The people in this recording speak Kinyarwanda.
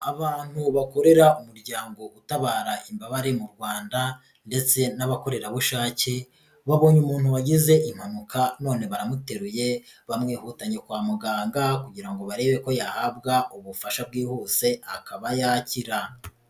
Abantu bakorera umuryango utabara imbabare mu Rwanda ndetse n'abakorerabushake, babonye umuntu wagize impanuka none baramuteruye, bamwihutanye kwa muganga, kugira ngo barebe ko yahabwa ubufasha bwihuse akaba yakira.